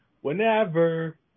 Whenever